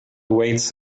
awaits